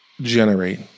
generate